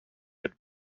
had